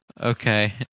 Okay